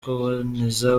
kuboneza